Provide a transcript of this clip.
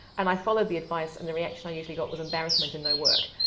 and i followed the advice and the reaction i usually got was embarrassment and no work.